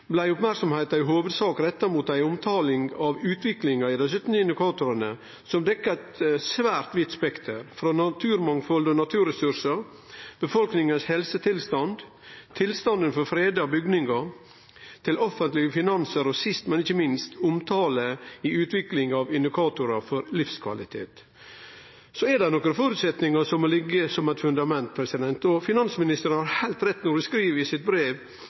blei merksemda i hovudsak retta mot ein omtale av utviklinga i dei 17 indikatorane, som dekkjer eit svært vidt spekter, frå naturmangfald og naturressursar, befolkningas helsetilstand og tilstanden for freda bygningar til offentlege finansar, og sist, men ikkje minst omtale av utviklinga i indikatorar for livskvalitet. Så er det nokre føresetnader som må liggje som eit fundament, og finansministeren har heilt rett når ho i sitt brev